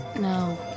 No